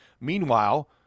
Meanwhile